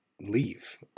leave